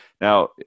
Now